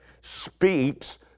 speaks